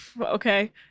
Okay